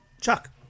Chuck